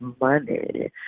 money